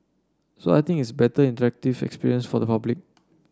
so I think it's a better interactive experience for the public